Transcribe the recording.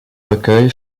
recueil